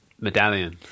medallion